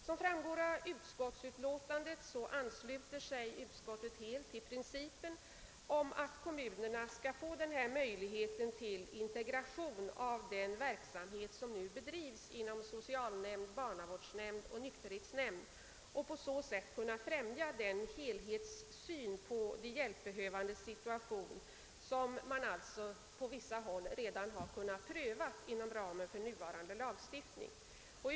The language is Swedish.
Som framgår av utlåtandet ansluter sig utskottet helt till principen att kommunerna skall ges denna möjlighet till integration av den verksamhet som nu bedrivs inom socialnämnd, barnavårdsnämnd och nykterhetsnämnd för att på så sätt kunna främja den helhetssyn på de hjälpbehövandes situation som redan prövats på flera håll inom ramen för nuvarande lagstiftning.